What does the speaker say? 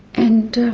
and